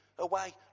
away